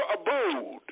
abode